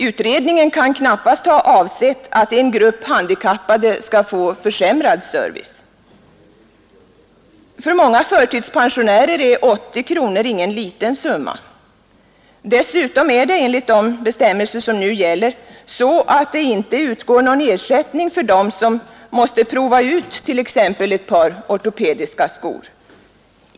Utredningen kan knappast ha avsett att en grupp handikappade skall få försämrad service. För många förtidspensionärer är 80 kronor ingen liten summa. Enligt de bestämmelser som nu gäller utgår dessutom inte någon ersättning åt dem som måste prova ut exempelvis ett par ortopediska skor.